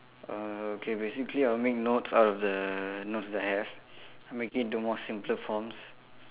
uh okay basically I'll make notes out of the notes that I have I'll make into more simpler forms